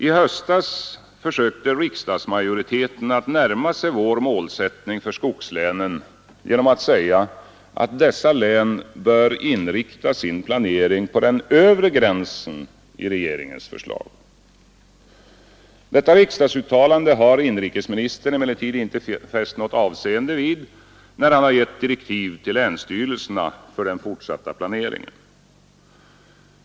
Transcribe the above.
I höstas försökte riksdagsmajoriteten närma sig vår målsättning för skogslänen genom att säga att dessa län bör inrikta sin planering på den övre gränsen i regeringens förslag. Detta riksdagsuttalande har inrikesministern emellertid inte fäst något avseende vid när han givit direktiv till länsstyrelserna för den fortsatta planeringen.